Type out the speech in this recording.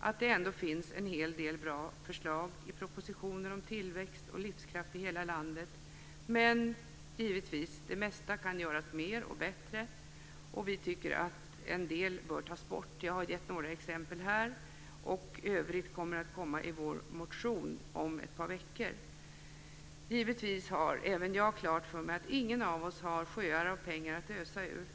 att det ändå finns en hel del bra förslag i propositionen om tillväxt och livskraft i hela landet, men det mesta kan givetvis göras mer och bättre, och vi tycker att en del bör tas bort. Jag har nämnt en del exempel här, och mer kommer i vår motion om ett par veckor. Men även jag har klart för mig att ingen av oss har sjöar av pengar att ösa ur.